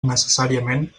necessàriament